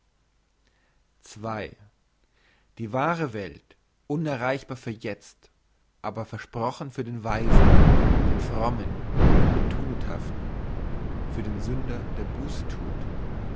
die wahre welt unerreichbar für jetzt aber versprochen für den weisen den frommen den tugendhaften für den sünder der